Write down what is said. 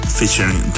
featuring